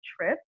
trip